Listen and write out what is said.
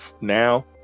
now